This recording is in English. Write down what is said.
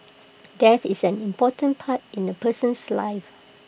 death is an important part in A person's life